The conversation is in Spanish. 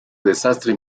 desastre